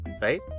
right